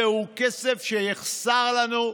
זהו כסף שיחסר לנו,